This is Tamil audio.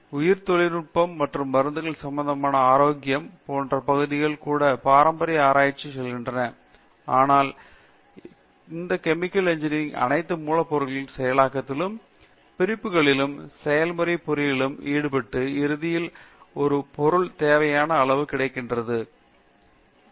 உயிரித் தொழில்நுட்பம் மற்றும் மருந்துகள் சம்பந்தமான ஆரோக்கியம் போன்ற பகுதிகள் கூட பாரம்பரிய ஆராய்ச்சி என்று சொல்கின்றன எனவே இந்த கெமிக்கல் இன்ஜினியரிங் ல் அனைத்து மூலப்பொருட்களின் செயலாக்கத்திலும் பிரிப்புகளிலும் செயல்முறை பொறியியலிலும் ஈடுபட்டு இறுதியில் ஒரு பொருள் தேவையான அளவு கிடைக்க பெறுகிறோம்